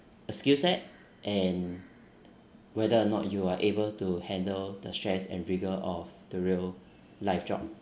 a skill set and whether or not you are able to handle the stress and vigour of the real life job